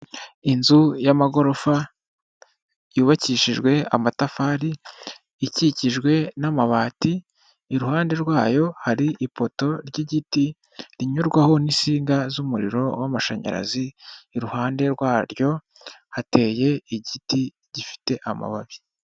Inzu y'amagorofa, yubakishijwe amatafari, ikikijwe n'amabati, iruhande rwayo hari ipoto ry'igiti rinyurwaho n'insinga z'umuriro w'amashanyarazi, iruhande rwaryo hateye igiti gifite amababi.